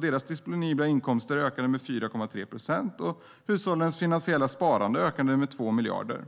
Deras disponibla inkomster ökade med 4,3 procent, och hushållens finansiella sparande ökade med 2 miljarder.